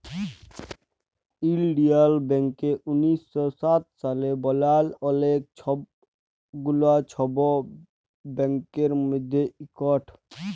ইলডিয়াল ব্যাংক উনিশ শ সাত সালে বালাল অলেক গুলা ছব ব্যাংকের মধ্যে ইকট